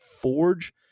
forge